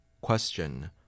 Question